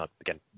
again